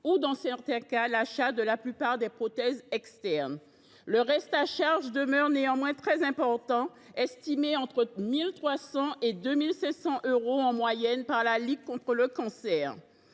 ou, dans certains cas, l’achat de la plupart des prothèses externes. Le reste à charge demeure néanmoins très important. Il est estimé entre 1 300 et 2 500 euros en moyenne par la Ligue contre le cancer.